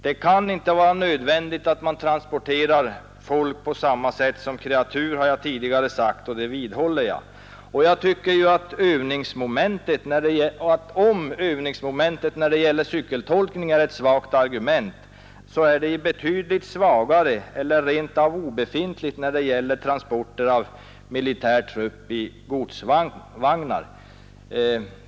Det kan inte vara nödvändigt att man transporterar folk på samma sätt som kreatur, har jag tidigare sagt, och det vidhåller jag. Jag tycker att om övningsmomentet när det gäller cykeltolkning är ett svagt argument, så är det ett betydligt svagare eller rent av obefintligt argument när det gäller transporter av militär trupp i godsvagnar.